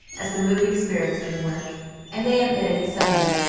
as the moving spirits in the work and they admitted, some of them,